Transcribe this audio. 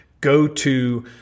go-to